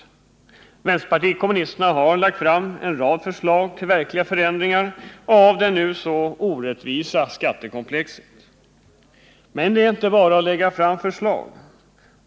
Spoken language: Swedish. Vänsterpartiet kommunisterna har lagt fram en rad förslag till verkliga förändringar av det nu så orättvisa skattekomplexet. Men det är inte bara att lägga fram förslag.